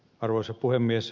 arvoisa puhemies